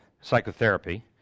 psychotherapy